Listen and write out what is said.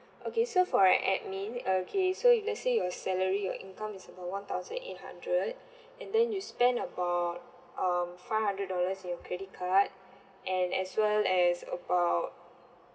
okay so for an admin okay so let's say your salary your income is about one thousand eight hundred and then you spend about um five hundred dollars with your credit card and as well as about